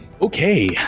Okay